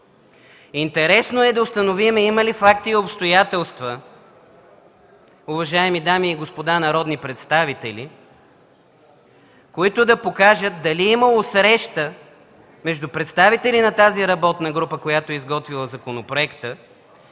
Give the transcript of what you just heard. Интересно е да установим има ли факти и обстоятелства, уважаеми дами и господа народни представители, които да покажат имало ли е среща между представители на работната група, изготвила законопроекта,